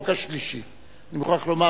התשע"א 2011, עברה בקריאה שלישית, ותיכנס לספר